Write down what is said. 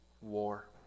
war